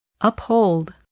Uphold